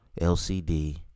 lcd